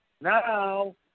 now